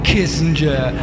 Kissinger